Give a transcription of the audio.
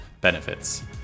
benefits